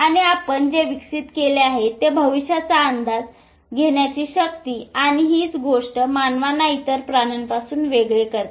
आणि आपण जे विकसित केले आहे ते भविष्याचा अंदाज भविष्याचा अंदाज घेण्याची शक्ती आणि आणि हीच गोष्ट मानवांना इतर प्राण्यांपासून वेगळे करते